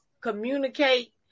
communicate